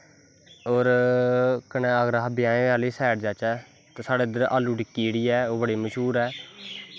होर कन्नै अगर अस ब्याहे आह्ली सैड़ जाच्चै कि साढ़ै आलू टिक्की जेह्ड़ी बड़ी मश्हूर ऐ